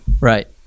right